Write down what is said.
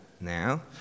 now